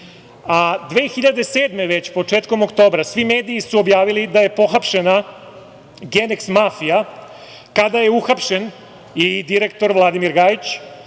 2007. godine, početkom oktobra, svi mediji su objavili da je pohapšena „Geneks“ mafija kada je uhapšen i direktor Vladimir Gajić,